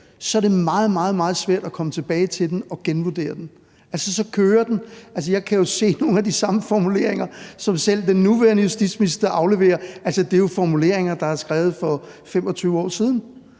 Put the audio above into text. meget, meget svært at komme tilbage til den og genvurdere den, for så kører den. Jeg kan jo se nogle af de samme formuleringer, som selv den nuværende justitsminister afleverer, er formuleringer, der er skrevet for 25 år siden,